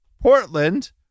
Portland